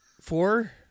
Four